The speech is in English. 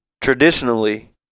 traditionally